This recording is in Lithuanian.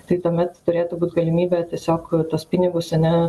tai tuomet turėtų būt galimybė tiesiog tuos pinigus ane